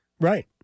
Right